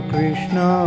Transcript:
Krishna